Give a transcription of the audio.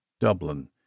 Dublin